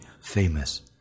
famous